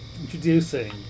introducing